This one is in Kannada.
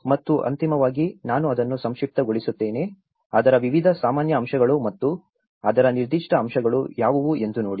ಮತ್ತು ಅಂತಿಮವಾಗಿ ನಾನು ಅದನ್ನು ಸಂಕ್ಷಿಪ್ತಗೊಳಿಸುತ್ತೇನೆ ಅದರ ವಿವಿಧ ಸಾಮಾನ್ಯ ಅಂಶಗಳು ಮತ್ತು ಅದರ ನಿರ್ದಿಷ್ಟ ಅಂಶಗಳು ಯಾವುವು ಎಂದು ನೋಡಿ